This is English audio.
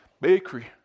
bakery